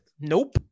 Nope